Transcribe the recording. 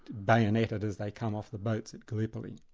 bayoneted as they come off the boats at gallipoli.